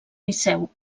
liceu